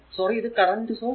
sorry ഇത് current source